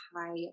high